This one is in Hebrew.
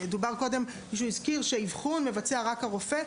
מישהו הזכיר פה שאבחון מבצע רק הרופא,